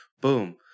Boom